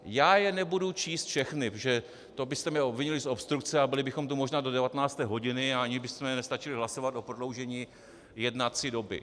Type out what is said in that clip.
Já je nebudu číst všechny, protože to byste mě obvinili z obstrukce a byli bychom tu možná do 19. hodiny a ani bychom nestačili hlasovat o prodloužení jednací doby.